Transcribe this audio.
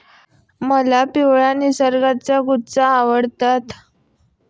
मला पिवळे नर्गिसचे गुच्छे आवडतात